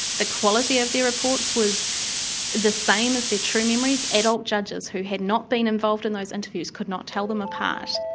the quality of their reports was the same as their true memories. adult judges who had not been involved in those interviews could not tell them apart.